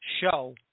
show